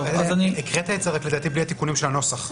לדעתי, הקראת את זה בלי התיקונים של הנוסח.